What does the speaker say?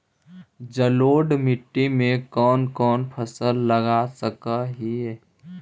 जलोढ़ मिट्टी में कौन कौन फसल लगा सक हिय?